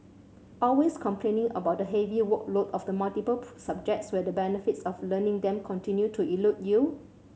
always complaining about the heavy workload of the multiple subjects where the benefits of learning them continue to elude you